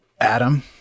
Adam